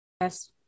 Yes